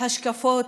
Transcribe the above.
השקפות,